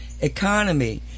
economy